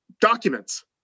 documents